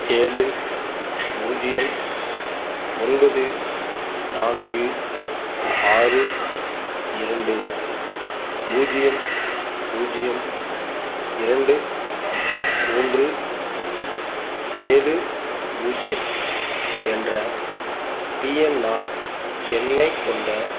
ஏழு பூஜ்ஜியம் ஒன்பது நான்கு ஆறு இரண்டு பூஜ்ஜியம் பூஜ்ஜியம் இரண்டு மூன்று ஏழு பூஜ்ஜியம் என்ற பிஎன்ஆர் எண்ணைக் கொண்ட